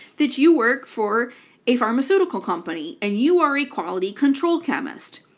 that you work for a pharmaceutical company and you are a quality-control chemist.